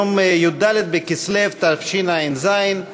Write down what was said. היום י"ד בכסלו התשע"ז,